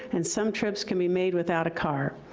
and some trips can be made without a car.